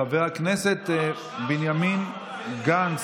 חבר הכנסת בנימין גנץ,